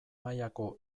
mailako